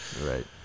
Right